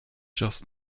just